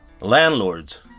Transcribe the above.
landlords